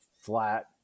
flat